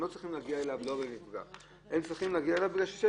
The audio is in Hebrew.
הם צריכים להגיע אליו בגלל שהוא שלט.